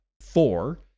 Four